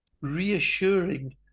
reassuring